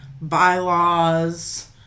bylaws